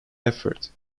effort